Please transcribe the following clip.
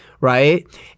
Right